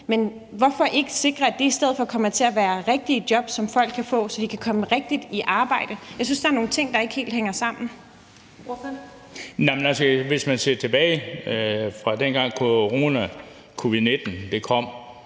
Men hvorfor ikke sikre, at det i stedet for kommer til at være rigtige job, som folk kan få, så de kan komme rigtigt i arbejde? Jeg synes, der er nogle ting, der ikke helt hænger sammen. Kl. 14:31 Første næstformand